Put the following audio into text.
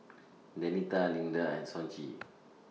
Danita Leander and Sonji